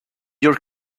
your